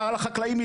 על החקלאים,